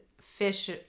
fish